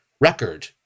record